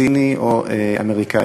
סיני או אמריקני,